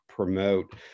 promote